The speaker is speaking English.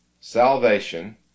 salvation